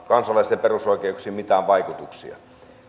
kansalaisten perusoikeuksiin mitään vaikutuksia